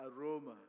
aroma